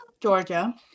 Georgia